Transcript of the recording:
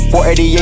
488